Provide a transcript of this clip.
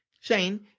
Shane